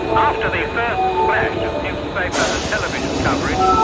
after the first splash of newspaper and television coverage,